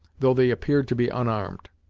though they appeared to be unarmed.